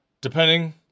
depending